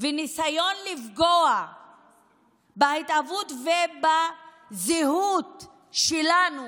וניסיון לפגוע בהתהוות ובזהות שלנו,